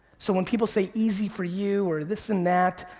so when people say easy for you or this and that,